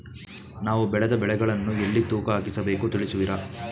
ನಾವು ಬೆಳೆದ ಬೆಳೆಗಳನ್ನು ಎಲ್ಲಿ ತೂಕ ಹಾಕಿಸ ಬೇಕು ತಿಳಿಸುವಿರಾ?